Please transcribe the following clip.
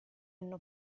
hanno